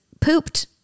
pooped